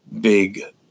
big